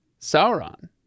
Sauron